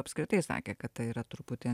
apskritai sakė kad tai yra truputį